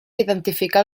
identificar